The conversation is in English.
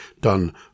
done